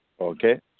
Okay